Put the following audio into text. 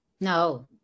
No